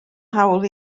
hawl